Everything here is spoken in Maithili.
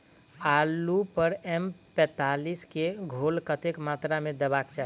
आलु पर एम पैंतालीस केँ घोल कतेक मात्रा मे देबाक चाहि?